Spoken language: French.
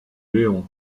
léon